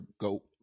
go